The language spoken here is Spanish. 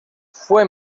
fue